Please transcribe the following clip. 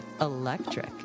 Electric